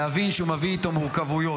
להבין שהוא מביא איתו מורכבויות,